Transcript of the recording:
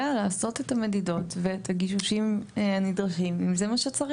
לעשות את המדידות ואת הגישושים הנדרשים אם זה מה שצריך.